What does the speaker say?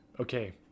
okay